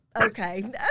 Okay